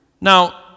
Now